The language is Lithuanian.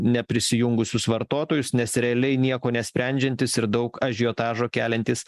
neprisijungusius vartotojus nes realiai nieko nesprendžiantis ir daug ažiotažo keliantis